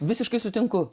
visiškai sutinku